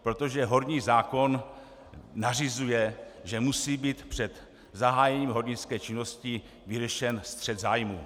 Protože horní zákon nařizuje, že musí být před zahájením hornické činnosti vyřešen střet zájmů.